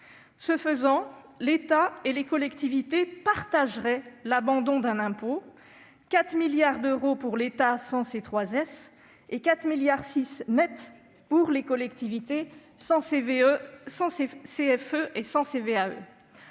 Ce faisant, l'État et les collectivités partageraient l'abandon d'un impôt : 4 milliards d'euros pour l'État sans C3S et 4,6 milliards d'euros nets pour les collectivités sans CFE et sans CVAE.